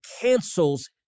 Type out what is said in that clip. Cancels